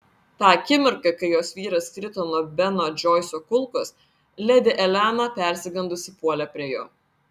tą akimirką kai jos vyras krito nuo beno džoiso kulkos ledi elena persigandusi puolė prie jo